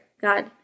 God